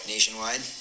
Nationwide